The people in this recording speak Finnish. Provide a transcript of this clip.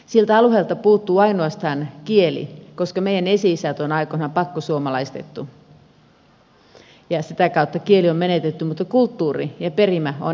siltä alueelta puuttuu ainoastaan kieli koska meidän esi isämme on aikoinaan pakkosuomalaistettu ja sitä kautta kieli on menetetty mutta kulttuuri ja perimä on erittäin vahvaa